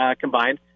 combined